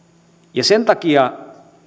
sen takia